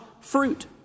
fruit